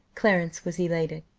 clarence was elated.